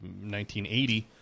1980